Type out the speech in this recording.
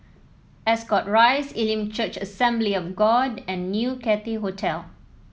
Ascot Rise Elim Church Assembly of God and New Cathay Hotel